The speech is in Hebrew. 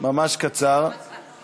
ממש קצר,